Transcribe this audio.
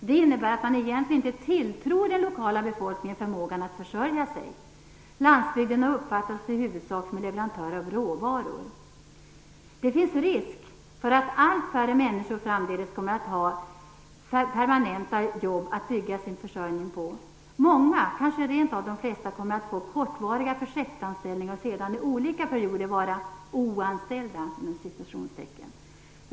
Det innebär att man egentligen inte tilltror den lokala befolkningen förmågan att försörja sig själv. Landsbygden har i huvudsak uppfattats som leverantör av råvaror. Det finns en risk att allt färre människor framdeles kommer att ha permanenta jobb att bygga sin försörjning på. Många, kanske rentav de flesta, kommer att få kortvariga projektanställningar och sedan i olika perioder vara "o-anställda".